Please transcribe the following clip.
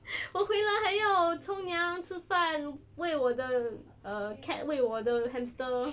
我回来还要冲凉吃饭喂我的 err cat 喂我的 hamster